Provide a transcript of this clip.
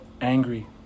angry